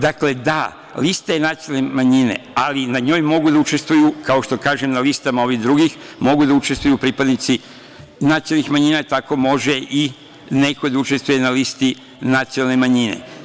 Dakle, da, lista je nacionalne manjine, ali na njoj mogu da učestvuju, kao što kažem na listama ovih drugih mogu da učestvuju pripadnici nacionalnih manjina, tako može i neko da učestvuje na listi nacionalne manjine.